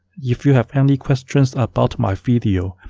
if you have any questions about my video,